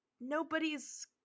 nobody's